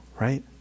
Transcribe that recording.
right